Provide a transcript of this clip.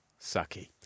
sucky